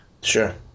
sure